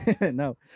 No